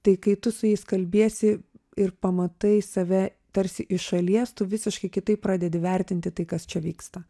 tai kai tu su jais kalbiesi ir pamatai save tarsi iš šalies tu visiškai kitaip pradedi vertinti tai kas čia vyksta